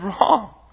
wrong